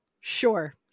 Sure